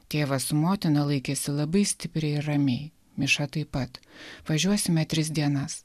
tėvas su motina laikėsi labai stipriai ir ramiai miša taip pat važiuosime tris dienas